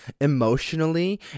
emotionally